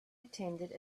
attended